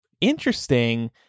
interesting